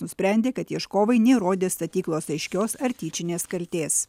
nusprendė kad ieškovai neįrodė statyklos aiškios ar tyčinės kaltės